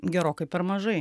gerokai per mažai